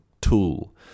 tool